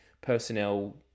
personnel